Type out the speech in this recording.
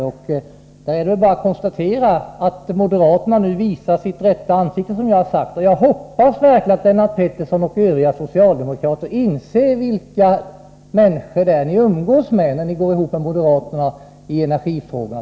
I fråga om detta är det bara att konstatera att moderaterna nu visar sitt rätta ansikte, och jag hoppas verkligen att Lennart Pettersson och övriga socialdemokrater inser vilka människor det är de umgås med när de går ihop med moderaterna i t.ex. energifrågorna.